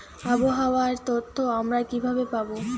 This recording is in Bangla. আবহাওয়ার তথ্য আমরা কিভাবে পাব?